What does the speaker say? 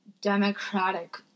democratic